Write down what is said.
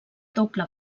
doble